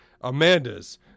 Amanda's